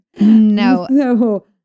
No